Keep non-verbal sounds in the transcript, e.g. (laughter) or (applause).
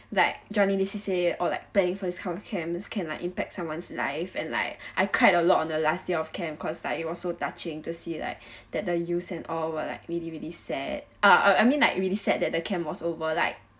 like joining the C_C_A_ or like planning for this whole camp is can like impact someone's life and like (breath) I cried a lot on the last day of camp cause like it was so touching to see like (breath) that the youths and all were like really really sad uh I I mean like really sad that the camp was over like